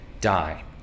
die